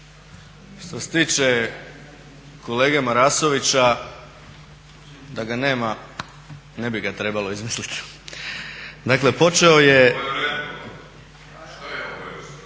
Što se tiče kolege Marasovića, da ga nema, ne bi ga trebalo izmisliti. Dakle počeo je,